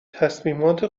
تصمیمات